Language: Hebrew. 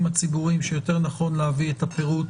הציבוריים שיותר נכון להביא את הפירוט